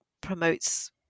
promotes